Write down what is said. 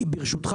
ברשותך,